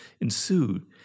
ensued